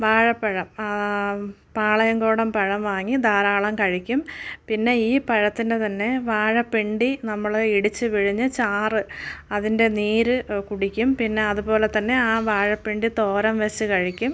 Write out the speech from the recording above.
വാഴപ്പഴം പാളയംകോടൻ പഴം വാങ്ങി ധാരാളം കഴിക്കും പിന്നെ ഈ പഴത്തിൻ്റെ തന്നെ വാഴപ്പിണ്ടി നമ്മൾ ഇടിച്ചു പിഴിഞ്ഞ് ചാറ് അതിൻ്റെ നീര് കുടിക്കും പിന്നെ അതുപോലെ തന്നെ ആ വാഴപ്പിണ്ടി തോരൻ വെച്ച് കഴിക്കും